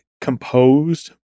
composed